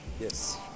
yes